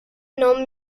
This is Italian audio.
non